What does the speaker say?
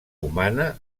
humana